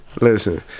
Listen